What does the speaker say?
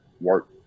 work